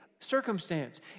circumstance